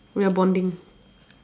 we are bonding